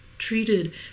treated